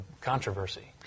controversy